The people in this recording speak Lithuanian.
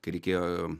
kai reikėjo